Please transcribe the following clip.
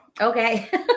Okay